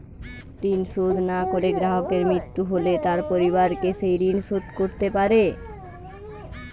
ঋণ শোধ না করে গ্রাহকের মৃত্যু হলে তার পরিবারকে সেই ঋণ শোধ করতে হবে?